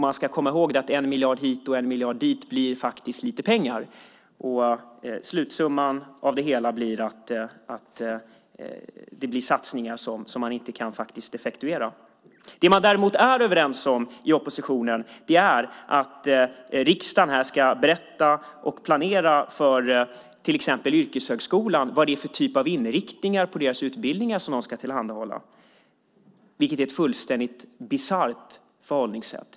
Man ska komma ihåg att 1 miljard hit och 1 miljard dit faktiskt blir lite pengar. Slutsumman av det hela blir att det blir satsningar som man inte kan effektuera. Det man däremot är överens om i oppositionen är att riksdagen ska berätta och planera för till exempel Yrkeshögskolan när det gäller vad det är för typ av inriktningar på utbildningarna som den ska tillhandahålla. Det är ett fullständigt bisarrt förhållningssätt.